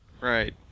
Right